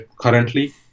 currently